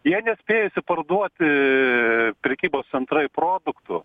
jie nespėja išsiparduoti prekybos centrai produktų